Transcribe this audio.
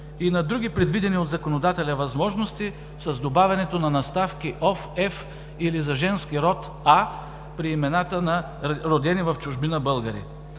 и на други, предвидени от законодателя възможности, с добавянето на наставки -ов, -ев или за женски род -а при имената на родени в чужбина българи.